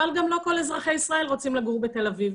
אבל גם לא כל אזרחי ישראל רוצים לגור בתל אביב.